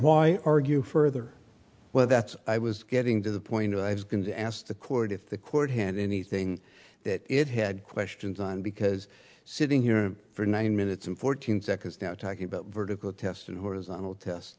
why argue further well that's i was getting to the point i was going to ask the court if the court had anything that it had questions on because sitting here for nine minutes and fourteen seconds now talking about vertical test and horizontal test